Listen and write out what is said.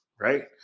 right